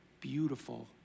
beautiful